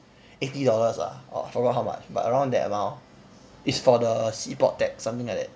eighty dollars ah orh for around how much but around that amount it's for the sea port tax something like that